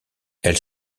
elle